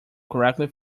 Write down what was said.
correctly